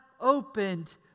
opened